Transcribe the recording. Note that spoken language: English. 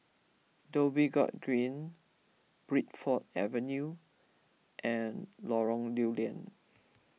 Dhoby Ghaut Green Bridport Avenue and Lorong Lew Lian